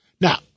Now